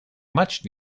much